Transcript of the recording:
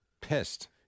pissed